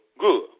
good